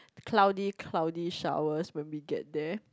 cloudy cloudy shower when we get there